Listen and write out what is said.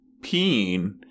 peeing